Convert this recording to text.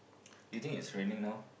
you think is raining now